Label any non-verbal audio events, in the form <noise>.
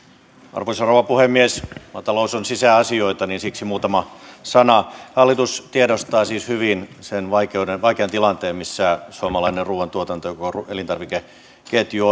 arvoisa rouva puhemies maatalous on sisäasioita siksi muutama sana hallitus tiedostaa siis hyvin sen vaikean tilanteen missä suomalainen ruuantuotanto ja elintarvikeketju <unintelligible>